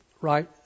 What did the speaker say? right